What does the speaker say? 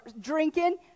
drinking